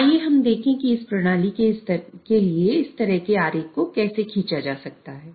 आइए हम देखें कि इस प्रणाली के लिए इस तरह के आरेख को कैसे खींचा जा सकता है